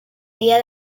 dia